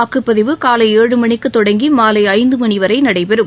வாக்குப்பதிவு காலை ஏழு மணிக்குதொடங்கிமாலைஐந்துமணிவரைநடைபெறும்